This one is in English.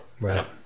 Right